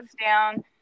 down